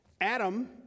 Adam